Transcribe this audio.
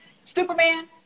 Superman